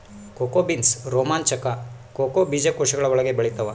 cocoa beans ರೋಮಾಂಚಕ cocoa ಬೀಜಕೋಶಗಳ ಒಳಗೆ ಬೆಳೆತ್ತವ